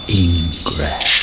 ingress